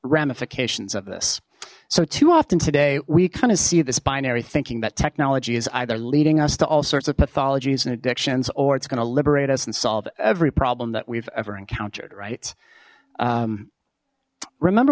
ramifications of this so too often today we kind of see this binary thinking that technology is either leading us to all sorts of pathologies and addictions or it's going to liberate us and solve every problem that we've ever encountered right remember